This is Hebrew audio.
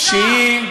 של מי היא הייתה,